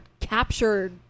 captured